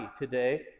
today